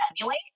emulate